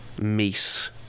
meat